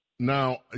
Now